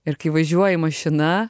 ir kai važiuoji mašina